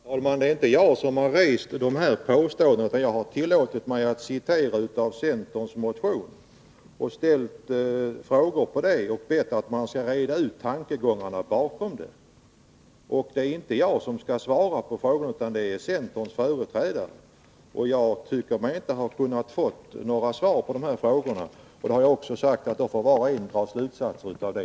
Herr talman! Det är inte jag som har kommit med påståendena; jag har citerat ur centerns motion och bett att man skall reda ut tankegångarna bakom motionen. Det är centerns företrädare som skall svara på frågorna och inte jag. Jag har inte fått något svar på mina frågor, och då har jag sagt att var och en själv får dra sina slutsatser av det.